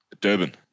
Durban